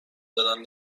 دادن